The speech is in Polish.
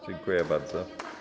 Dziękuję bardzo.